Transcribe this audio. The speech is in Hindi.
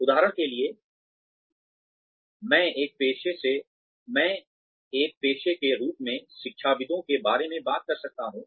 उदाहरण के लिए मैं एक पेशे के रूप में शिक्षाविदों के बारे में बात कर सकता हूं